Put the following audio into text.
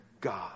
God